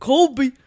Colby